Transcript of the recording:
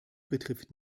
betrifft